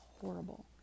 horrible